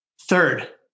Third